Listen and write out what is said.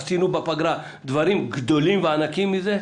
עשינו בפגרה דברים גדולים וענקיים מזה.